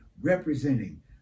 representing